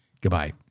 Goodbye